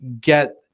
get